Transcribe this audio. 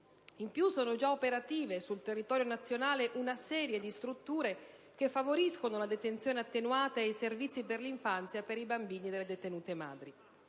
In più, sono già operative sul territorio nazionale una serie di strutture che favoriscono la detenzione attenuata e i servizi per l'infanzia per i bambini delle detenute madri.